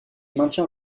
maintient